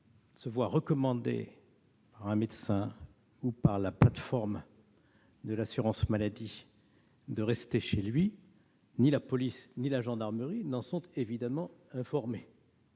se voit recommander, par un médecin ou par la plateforme de l'assurance maladie, de rester chez lui, ni la police ni la gendarmerie n'en sont évidemment informées.